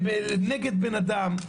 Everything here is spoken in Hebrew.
נגד בן אדם.